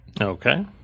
Okay